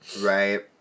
Right